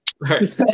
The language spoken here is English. right